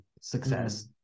success